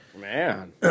Man